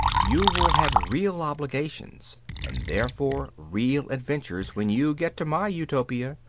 you will have real obligations, and therefore real adventures when you get to my utopia.